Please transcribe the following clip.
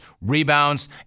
rebounds